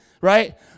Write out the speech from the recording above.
right